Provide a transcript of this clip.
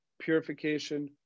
purification